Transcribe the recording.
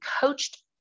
coached